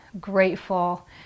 grateful